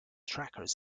trackers